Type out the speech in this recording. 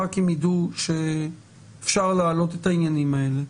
הח"כים ידעו שאפשר להעלות את העניינים האלה.